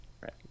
right